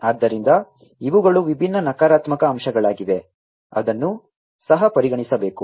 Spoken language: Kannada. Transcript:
ಆದ್ದರಿಂದ ಇವುಗಳು ವಿಭಿನ್ನ ನಕಾರಾತ್ಮಕ ಅಂಶಗಳಾಗಿವೆ ಅದನ್ನು ಸಹ ಪರಿಗಣಿಸಬೇಕು